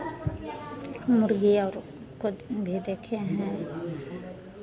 मुर्गी और को भी देखे हैं